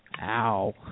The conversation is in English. Ow